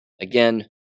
Again